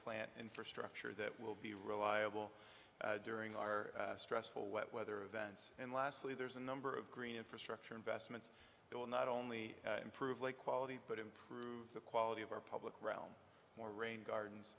plan infrastructure that will be reliable during our stressful wet weather events and lastly there's a number of green infrastructure investments that will not only improve lake quality but improve the quality of our public realm more rain gardens